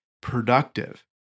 productive